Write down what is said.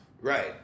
Right